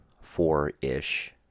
four-ish